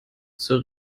zur